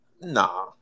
nah